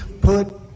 put